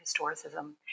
historicism